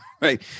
right